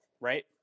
right